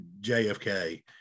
jfk